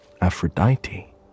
Aphrodite